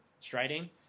striding